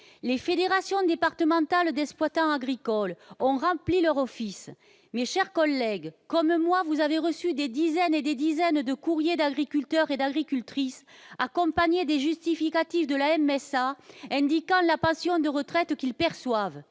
Les fédérations départementales d'exploitants agricoles ont rempli leur office. Mes chers collègues, comme moi vous avez reçu des dizaines et des dizaines de courriers d'agriculteurs et d'agricultrices, accompagnés des justificatifs de la MSA, indiquant la pension de retraite qu'ils perçoivent.